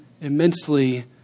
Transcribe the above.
immensely